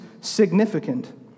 significant